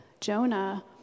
Jonah